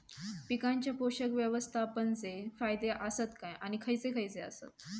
पीकांच्या पोषक व्यवस्थापन चे फायदे आसत काय आणि खैयचे खैयचे आसत?